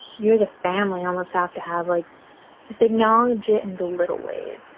you're the family almost have to have like to acknowledge it in the little ways,